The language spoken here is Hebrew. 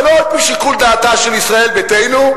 אבל לא על-פי שיקול דעתה של ישראל ביתנו,